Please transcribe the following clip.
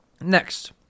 Next